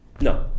No